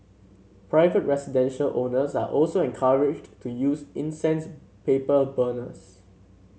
private residential owners are also encouraged to use incense paper burners